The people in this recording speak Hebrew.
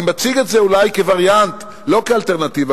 אני מציג את זה אולי כווריאנט ולא כאלטרנטיבה,